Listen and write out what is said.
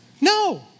No